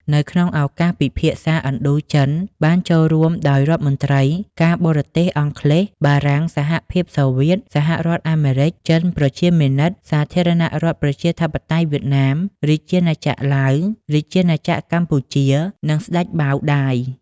នៅក្នុងឱកាសពិភាក្សាឥណ្ឌូចិនបានចូលរួមដោយរដ្ឋមន្ត្រី ការបរទេសអង់គ្លេស បារាំង សហភាពសូវៀត សហរដ្ឋអាមេរិចចិនប្រជាមានិត សាធារណរដ្ឋ ប្រជាធិបតេយ្យវៀតណាម រាជាណាចក្រឡាវ រាជាណាចក្រកម្ពុជា និងស្ដេចបាវដាយ។